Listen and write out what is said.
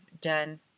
done